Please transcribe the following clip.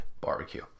Barbecue